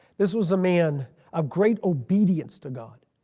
this was a man of great obedience to god.